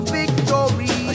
victory